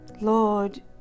Lord